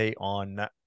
on